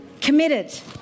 Committed